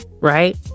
right